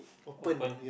open